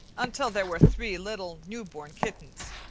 until there were three little new-born kittens,